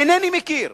אינני מכיר,